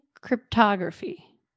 cryptography